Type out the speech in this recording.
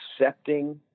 accepting